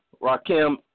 Rakim